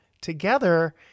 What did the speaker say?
together